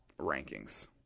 rankings